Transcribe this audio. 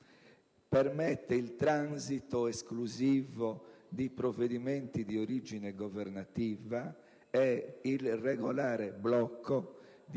permette il transito esclusivo di provvedimenti di origine governativa ed il regolare blocco di